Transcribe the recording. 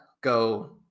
go